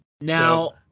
Now